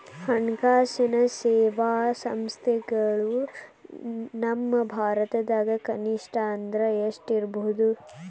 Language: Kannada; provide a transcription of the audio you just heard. ಹಣ್ಕಾಸಿನ್ ಸೇವಾ ಸಂಸ್ಥೆಗಳು ನಮ್ಮ ಭಾರತದಾಗ ಕನಿಷ್ಠ ಅಂದ್ರ ಎಷ್ಟ್ ಇರ್ಬಹುದು?